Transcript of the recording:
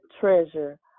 treasure